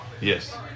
Yes